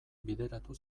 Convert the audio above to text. bideratu